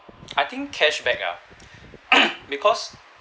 I think cashback ah because